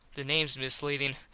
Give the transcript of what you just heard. the names misleadin.